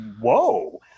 whoa